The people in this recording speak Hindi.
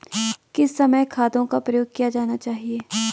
किस समय खादों का प्रयोग किया जाना चाहिए?